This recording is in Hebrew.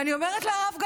ואני אומרת לו: הרב גפני,